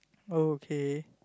okay